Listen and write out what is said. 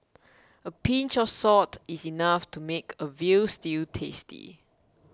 a pinch of salt is enough to make a Veal Stew tasty